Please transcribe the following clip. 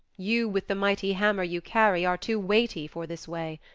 you with the mighty hammer you carry are too weighty for this way.